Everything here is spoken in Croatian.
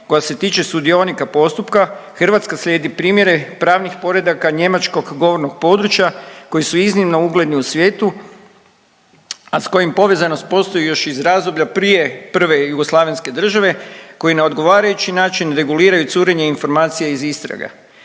koja se tiče sudionika postupka Hrvatska slijedi primjere pravnih poredaka njemačkog govornog područja koji su iznimno ugledni u svijetu, a s kojim povezanost postoji još iz razdoblja prije prve jugoslavenske države koji na odgovarajući način reguliraju curenje informacija iz istrage.